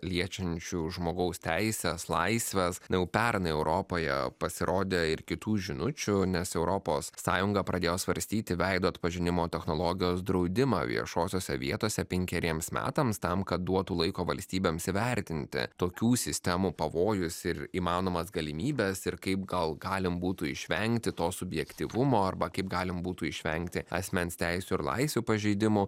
liečiančių žmogaus teises laisves na jau pernai europoje pasirodė ir kitų žinučių nes europos sąjunga pradėjo svarstyti veido atpažinimo technologijos draudimą viešosiose vietose penkeriems metams tam kad duotų laiko valstybėms įvertinti tokių sistemų pavojus ir įmanomas galimybes ir kaip gal galim būtų išvengti to subjektyvumo arba kaip galim būtų išvengti asmens teisių ir laisvių pažeidimų